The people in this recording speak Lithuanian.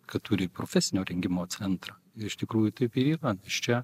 kad turi profesinio rengimo centrą iš tikrųjų taip ir yra nes čia